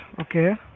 Okay